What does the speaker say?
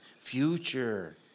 Future